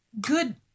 Good